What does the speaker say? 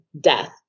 death